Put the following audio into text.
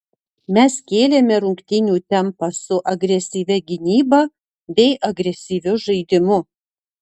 mes kėlėme rungtynių tempą su agresyvia gynyba bei agresyviu žaidimu